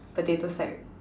potato sack